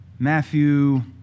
Matthew